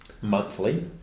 monthly